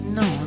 no